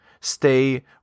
stay